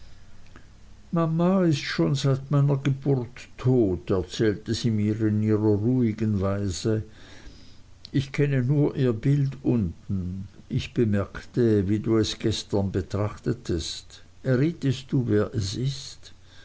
mama ist schon seit meiner geburt tot erzählte sie mir in ihrer ruhigen weise ich kenne nur ihr bild unten ich bemerkte wie du es gestern betrachtetest errietest du wer es ist